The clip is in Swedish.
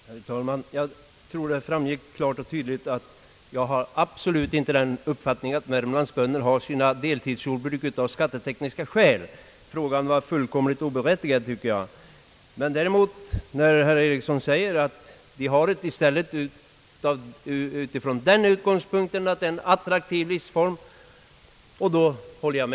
Herr talman! Jag trodde det framgick klart och tydligt av mitt anförande, att jag absolut inte har den uppfattningen att Värmlands bönder har sina deltidsjordbruk av skattetekniska skäl. Frågan var fullkomligt oberättigad tycker jag. Jag håller med herr Eriksson om att de har sina jordbruk därför att det är en attraktiv livsform för dem.